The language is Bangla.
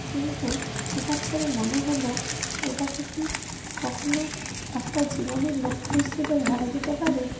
কিন্তু হঠাৎ করে মনে হলো এটাকে কি কখনও একটা জীবনের লক্ষ্য হিসেবে ধরা যেতে পারে